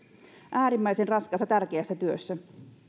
äärimmäisen raskaassa tärkeässä työssä